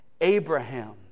Abraham